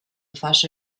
fase